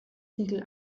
ziegel